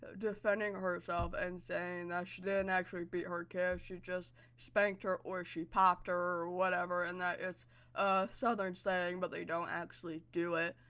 defending herself and saying that she didn't actually beat her kid, she just spanked her, or she popped her, or whatever, and that it's a southern saying but they don't actually do it.